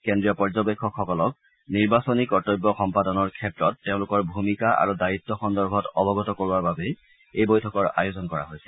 কেন্দ্ৰীয় পৰ্যবেক্ষকসকলক নিৰ্বাচনী কৰ্তব্য সম্পাদনৰ ক্ষেত্ৰত তেওঁলোকৰ ভূমিকা আৰু দায়িত্ব সন্দৰ্ভত অৱগত কৰোৱাৰ বাবেই এই বৈঠকৰ আয়োজন কৰা হৈছে